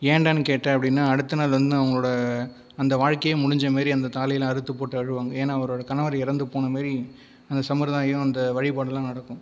ஏன்டான்னு கேட்ட அப்படின்னா அடுத்த நாள் வந்து அவங்களோட அந்த வாழ்க்கையே முடிஞ்ச மாதிரி அந்த தாலியெல்லாம் அறுத்து போட்டு அழுவாங்க ஏன்னால் அவங்களுட கணவர் இறந்து போன மாதிரி அந்த சம்பிரதாயம் அந்த வழிபாடெல்லாம் நடக்கும்